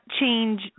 change